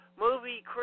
movie